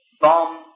bomb